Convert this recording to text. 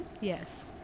yes